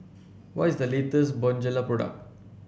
what is the latest Bonjela product